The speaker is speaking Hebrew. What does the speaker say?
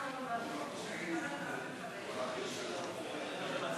ההצעה להעביר את